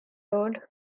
road